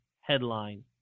headline